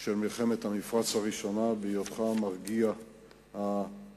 של מלחמת המפרץ הראשונה, בהיותך "המרגיע הלאומי",